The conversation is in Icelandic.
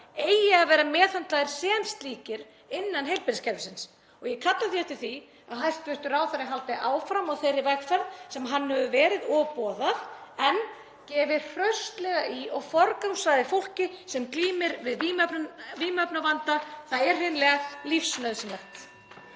eigi að vera meðhöndlaðir sem slíkir innan heilbrigðiskerfisins. Ég kalla því eftir því að hæstv. ráðherra haldi áfram á þeirri vegferð sem hann hefur verið á og boðað en gefi hraustlega í og forgangsraði fólki sem glímir við vímuefnavanda. Það er hreinlega lífsnauðsynlegt.